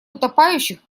утопающих